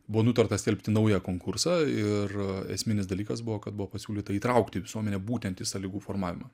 buvo nutarta skelbti naują konkursą ir esminis dalykas buvo kad buvo pasiūlyta įtraukti visuomenę būtent į sąlygų formavimą